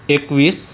एकवीस